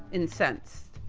incensed,